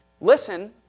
Listen